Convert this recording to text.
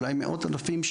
אולי מאות אלפים,